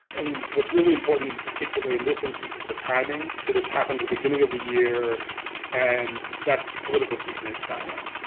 and what's really important in particular in this instance is the timing. so this happened the beginning of the year and that's political season in china.